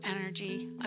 Energy